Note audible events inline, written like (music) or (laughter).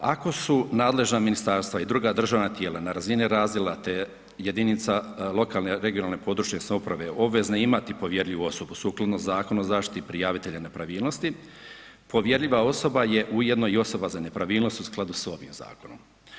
Ako su nadležna ministarstva i druga državna tijela na razini razdjela te jedinica lokalne, regionalne (područne) samouprave obvezne imati povjerljivost sukladno Zakonu o zaštiti prijavitelja nepravilnosti, povjerljiva osoba je ujedno i osoba za nepravilnosti u skladu sa ... (unintelligible) zakonom.